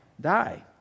Die